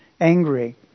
angry